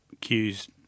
cues